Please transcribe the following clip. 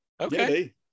Okay